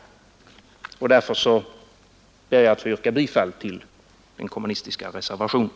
Därför ber jag att få yrka bifall till den kommunistiska reservationen.